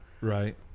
Right